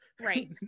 Right